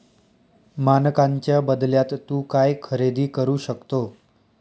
मानकांच्या बदल्यात तू काय खरेदी करू शकतो?